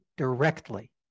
directly